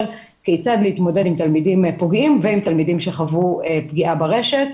כיצד להתמודד עם תלמידים פוגעים ועם תלמידים שחוו פגיעה ברשת.